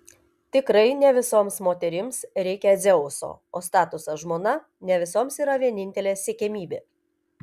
tikrai ne visoms moterims reikia dzeuso o statusas žmona ne visoms yra vienintelė siekiamybė